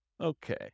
Okay